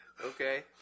Okay